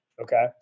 Okay